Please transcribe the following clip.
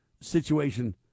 situation